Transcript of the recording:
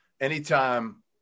Anytime